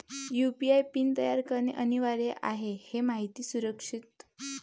UPI PIN तयार करणे अनिवार्य आहे हे माहिती सुरक्षित